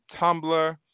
Tumblr